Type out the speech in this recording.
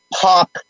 pop